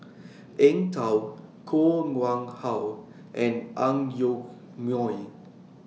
Eng Tow Koh Nguang How and Ang Yoke Mooi